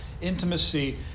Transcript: intimacy